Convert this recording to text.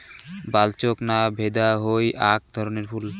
বালচোক না ভেদা হই আক রকমের ফুল